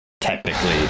technically